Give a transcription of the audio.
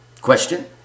question